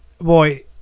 boy